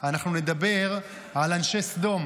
אנחנו נדבר על אנשי סדום,